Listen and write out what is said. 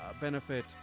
benefit